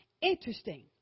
interesting